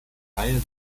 reihe